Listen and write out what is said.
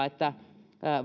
että